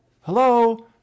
hello